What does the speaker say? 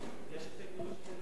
יש הסתייגויות, יש אחרים אבל, כן.